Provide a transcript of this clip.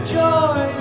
joy